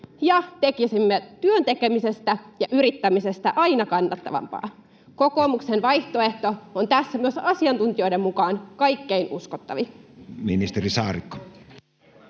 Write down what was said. ja tekisimme työn tekemisestä ja yrittämisestä aina kannattavampaa? Kokoomuksen vaihtoehto on tässä myös asiantuntijoiden mukaan kaikkein uskottavin. Ministeri Saarikko.